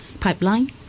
pipeline